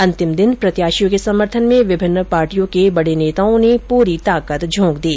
अंतिम दिन प्रत्याशियों के समर्थन में विभिन्न पार्टियों के बडे नेताओं ने पूरी ताकत झोक दी